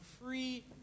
free